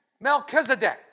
Melchizedek